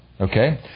Okay